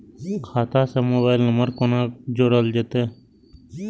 खाता से mobile number कोना जोरल जेते?